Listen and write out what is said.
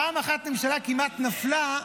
פעם אחת ממשלה כמעט נפלה,